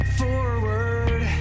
forward